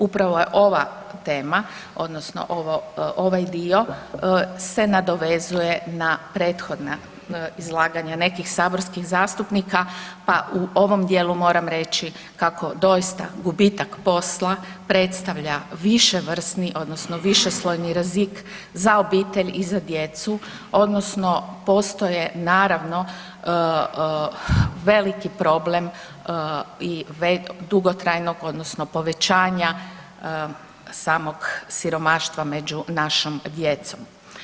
Upravo je ova tema odnosno ovaj dio se nadovezuje na prethodna izlaganja nekih saborskih zastupnika pa u ovom dijelu moram reći kako doista gubitak posla predstavlja viševrsni odnosno višeslojni rizik za obitelj i za djecu odnosno postoje naravno veliki problem i dugotrajno odnosno povećanja samog siromaštva među našom djecom.